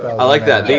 i like that.